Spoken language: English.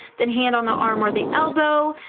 then hand on the arm or the elbow,